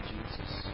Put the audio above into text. Jesus